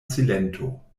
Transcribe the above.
silento